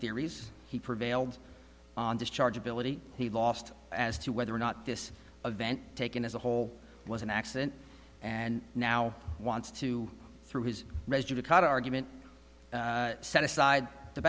theories he prevailed on this charge ability he lost as to whether or not this event taken as a whole was an accident and now wants to through his regular cut argument set aside the